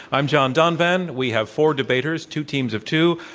i'm john donvan. we have four debaters, two teams of two,